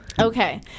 Okay